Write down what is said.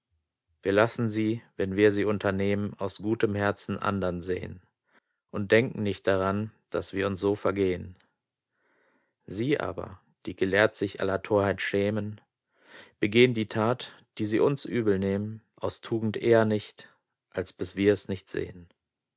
wir lassen sie wenn wir sie unternehmen aus gutem herzen andern sehn und denken nicht daran daß wir uns so vergehn sie aber die gelehrt sich aller torheit schämen begehn die tat die sie uns übelnehmen aus tugend eher nicht als bis wir es nicht sehn